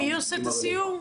מי עושה את הסיור?